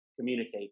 communicate